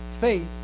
faith